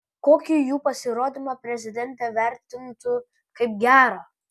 kokį jų pasirodymą prezidentė vertintų kaip gerą